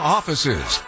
Offices